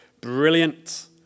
brilliant